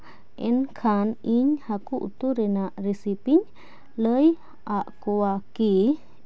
ᱮᱱ ᱠᱷᱟᱱ ᱤᱧ ᱦᱟᱹᱠᱩ ᱩᱛᱩ ᱨᱮᱱᱟᱜ ᱨᱮᱥᱤᱯᱤᱧ ᱞᱟᱹᱭᱟᱜ ᱠᱚᱣᱟ ᱠᱤ